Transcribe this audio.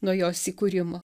nuo jos įkūrimo